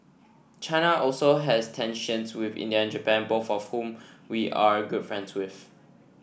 China also has tensions with India and Japan both of whom we are good friends with